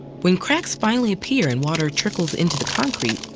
when cracks finally appear and water trickles into the concrete,